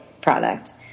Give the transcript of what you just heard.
product